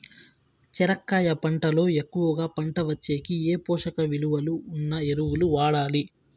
చెనక్కాయ పంట లో ఎక్కువగా పంట వచ్చేకి ఏ పోషక విలువలు ఉన్న ఎరువులు వాడాలి?